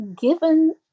given